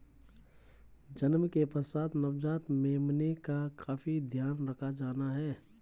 जन्म के पश्चात नवजात मेमने का काफी ध्यान रखा जाता है